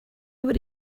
would